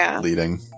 leading